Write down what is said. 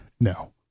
no